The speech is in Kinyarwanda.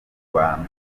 bantu